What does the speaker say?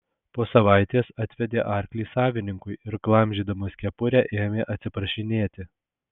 po savaitės atvedė arklį savininkui ir glamžydamas kepurę ėmė atsiprašinėti